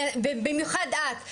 במיוחד את,